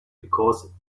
because